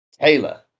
Taylor